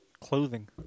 clothing